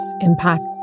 impact